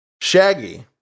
Shaggy